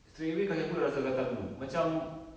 straightaway kaki aku dah rasa gatal dulu macam